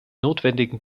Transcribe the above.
notwendigen